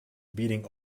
beating